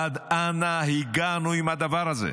עד אנה הגענו עם הדבר הזה?